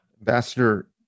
Ambassador